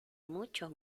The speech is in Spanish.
mucho